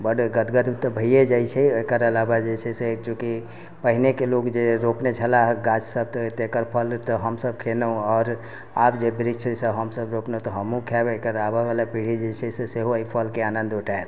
बड गदगद तऽ भए जाइत छै एकर अलावा जे छै से चूँकि पहिनेके लोक जे रोपने छलैया गाछ सब तऽ एकर फल तऽ हमसब खेलहुँ आओर आब जे वृक्ष सब हमसब रोपलहुँ तऽ हमहुँ खायब एकर आबै बाला पीढ़ी जे छै से सेहो एहि फलके आनन्द उठायत